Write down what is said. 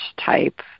type